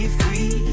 free